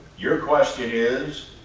your question is,